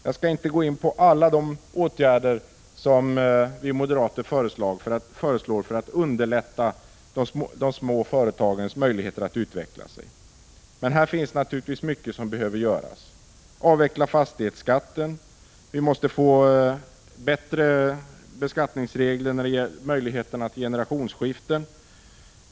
Jag skall inte gå in på alla åtgärder som vi moderater föreslår för att underlätta de små företagens möjligheter att utvecklas. Men i fråga om detta finns det naturligtvis mycket som behöver göras. Vi vill t.ex. avveckla fastighetsskatten. Vi måste få bättre beskattningsregler när det gäller möjlighet till generationsskiften.